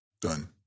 Done